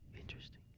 Interesting